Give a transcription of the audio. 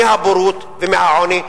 מהבורות ומהעוני.